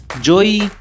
Joey